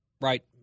Right